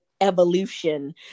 evolution